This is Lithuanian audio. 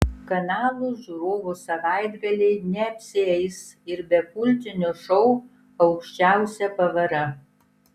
kanalo žiūrovų savaitgaliai neapsieis ir be kultinio šou aukščiausia pavara